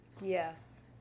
Yes